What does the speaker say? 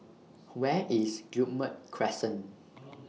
Where IS Guillemard Crescent